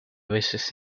veces